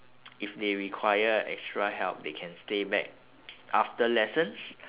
if they require extra help they can stay back after lessons